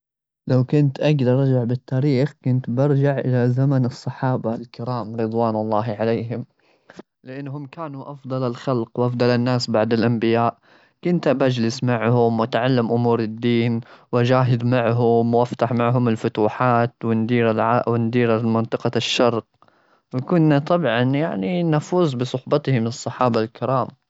لو كنت أقدر أرجع بالتاريخ، كنت برجع إلى زمن الصحابة الكرام رضوان الله عليهم؛ لأنهم كانوا أفضل الخلق وأفضل الناس بعد الأنبياء. كنت أبي أجلس معهم وأتعلم أمور الدين، وأجاهد معهم وأفتح معهم الفتوحات. وندير العا-وندير المنطقة الشرق. وكنا طبعا، يعني نفوز بصحبتهم الصحابة الكرام.